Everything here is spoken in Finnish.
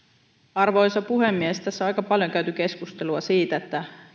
arvoisa puhemies tässä on aika paljon käyty keskustelua siitä